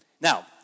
Now